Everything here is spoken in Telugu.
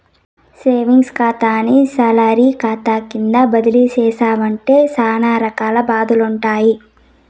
సేవింగ్స్ కాతాని సాలరీ కాతా కింద బదలాయించేశావంటే సానా రకాల లాభాలుండాయి